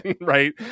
right